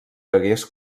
hagués